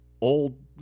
old